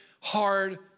hard